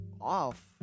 off